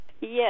Yes